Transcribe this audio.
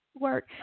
Work